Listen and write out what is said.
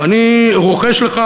אני רוחש לך